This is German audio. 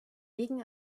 wegen